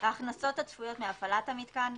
ההכנסות הצפויות מהפעלת המיתקן,